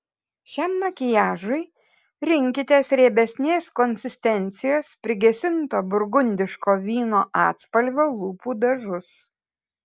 šiam makiažui rinkitės riebesnės konsistencijos prigesinto burgundiško vyno atspalvio lūpų dažus